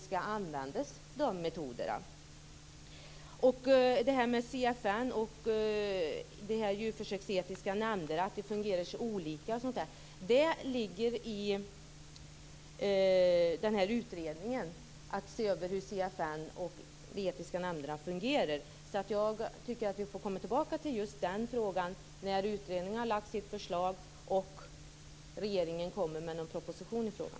När det gäller detta med CFN och att de djurförsöksetiska nämnderna fungerar så olika ligger det i utredningens direktiv att se över hur CFN och de djurförsöksetiska nämnderna fungerar. Jag tycker att vi får återkomma till just den frågan när utredningen har lagt fram sitt förslag och regeringen har kommit med en proposition i frågan.